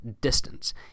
distance